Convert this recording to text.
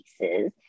pieces